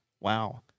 Wow